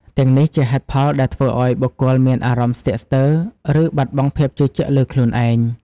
ទាំងនេះជាហេតុដែលអាចធ្វើឱ្យបុគ្គលមានអារម្មណ៍ស្ទាក់ស្ទើរ ឬបាត់បង់ភាពជឿជាក់លើខ្លួនឯង។